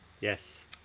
yes